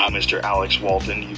um mr. alex walton.